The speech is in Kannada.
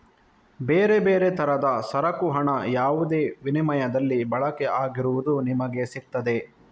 ಬೇರೆ ಬೇರೆ ತರದ ಸರಕು ಹಣ ಯಾವುದೇ ವಿನಿಮಯದಲ್ಲಿ ಬಳಕೆ ಆಗಿರುವುದು ನಮಿಗೆ ಸಿಗ್ತದೆ